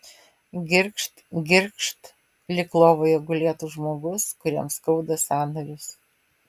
girgžt girgžt lyg lovoje gulėtų žmogus kuriam skauda sąnarius